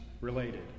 related